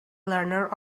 learner